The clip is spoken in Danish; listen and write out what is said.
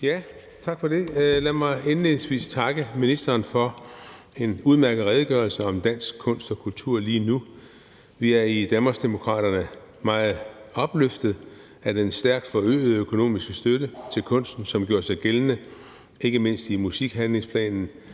Tak for det. Lad mig indledningsvis takke ministeren for en udmærket redegørelse om dansk kunst og kultur lige nu. Vi er i Danmarksdemokraterne meget opløftet af den stærkt forøgede økonomiske støtte til kunsten, som gjorde sig gældende, ikke mindst i musikhandlingsplanen,